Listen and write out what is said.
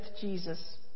Jesus